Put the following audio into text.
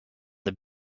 the